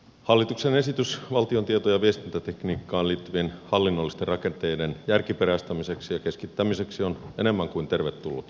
hallituksen esitys valtion tieto ja viestintätekniikkaan liittyvien hallinnollisten rakenteiden järkiperäistämiseksi ja keskittämiseksi on enemmän kuin tervetullut